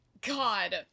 God